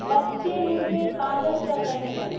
बच्चे मुझे पागल कर रहे हैं